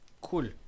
cool